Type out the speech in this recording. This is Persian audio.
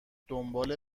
دنبال